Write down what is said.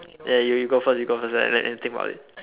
ya you go first you go first let let me think about it